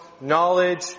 knowledge